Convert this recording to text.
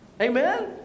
Amen